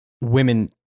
women